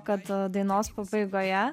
kad dainos pabaigoje